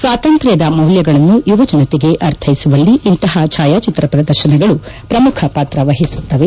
ಸ್ನಾತಂತ್ರದ ಮೌಲ್ಯಗಳನ್ನು ಯುವಜನತೆಗೆ ಅರ್ಥ್ಯೆಸುವಲ್ಲಿ ಇಂತಹ ಛಾಯಾಚಿತ್ರ ಪ್ರದರ್ಶನಗಳು ಪ್ರಮುಖ ಪಾತ್ರ ವಹಿಸುತ್ತವೆ